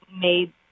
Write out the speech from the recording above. made